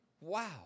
wow